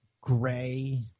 gray